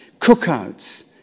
cookouts